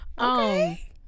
Okay